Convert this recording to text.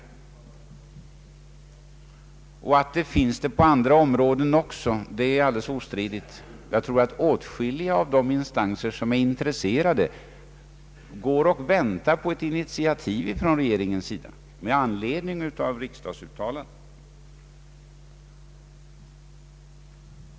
Att behovet också finns på andra områden är alldeles ostridigt. Jag tror att åtskilliga intresserade instanser väntar på ett initiativ från regeringens sida i anledning av riksdagens uttalande.